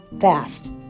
fast